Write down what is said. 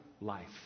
life